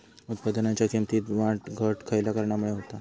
उत्पादनाच्या किमतीत वाढ घट खयल्या कारणामुळे होता?